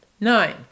Nine